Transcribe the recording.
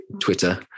Twitter